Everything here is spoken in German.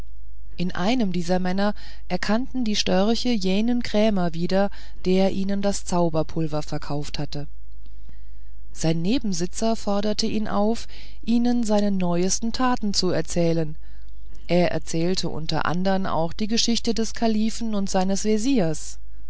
in einem dieser männer erkannten die störche jenen krämer wieder der ihnen das zauberpulver verkauft hatte sein nebensitzer forderte ihn auf ihnen seine neuesten taten zu erzählen er erzählte unter andern auch die geschichte des kalifen und seines veziers